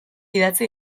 idatzi